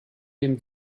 dem